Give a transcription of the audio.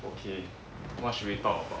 okay what should we talk about